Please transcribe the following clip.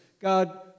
God